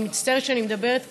אני מצטערת שאני מדברת קצר,